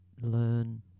learn